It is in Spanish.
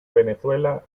venezuela